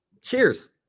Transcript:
Cheers